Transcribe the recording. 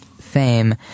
fame